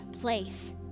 place